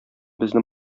безне